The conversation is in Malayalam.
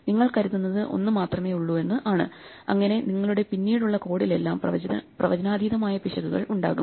നിങ്ങൾ കരുതുന്നത് ഒന്നുമാത്രമേയുള്ളൂവെന്ന് ആണ് അങ്ങിനെ നിങ്ങളുടെ പിന്നീടുള്ള കോഡിലെല്ലാം പ്രവചനാതീതമായ പിശകുകൾ ഉണ്ടാകും